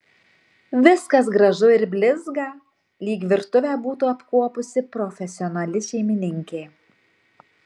viskas gražu ir blizga lyg virtuvę būtų apkuopusi profesionali šeimininkė